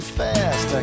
fast